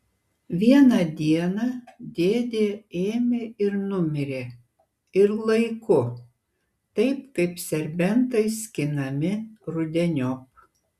vieną dieną dėdė ėmė ir numirė ir laiku taip kaip serbentai skinami rudeniop